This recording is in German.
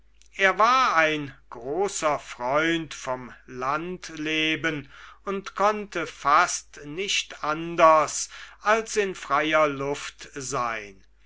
er war ein großer freund vom landleben und konnte fast nicht anders als in freier luft sein